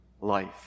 life